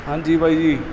ਹਾਂਜੀ ਬਾਈ ਜੀ